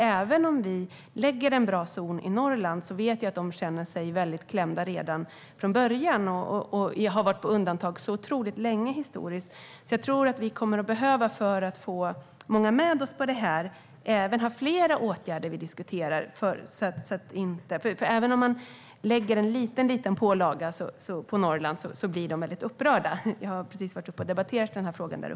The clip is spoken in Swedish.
Även om vi lägger en bra zon i Norrland vet jag att de redan från början känner sig väldigt klämda, och de har varit på undantag så otroligt länge historiskt. För att kunna få många med oss på detta tror jag att vi även kommer att behöva diskutera flera åtgärder. Även om man lägger en liten pålaga på Norrland blir de väldigt upprörda. Jag har precis varit uppe och debatterat frågan där.